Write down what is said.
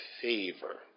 favor